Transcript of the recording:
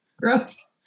Gross